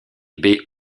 baies